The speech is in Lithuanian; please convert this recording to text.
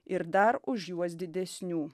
ir dar už juos didesnių